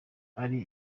ari